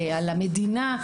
על המדינה.